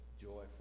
joyful